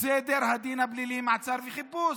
סדר הדין הפלילי (מעצר וחיפוש),